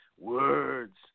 words